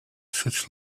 such